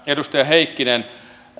edustaja heikkinen tästä